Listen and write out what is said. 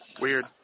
Weird